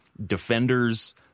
Defenders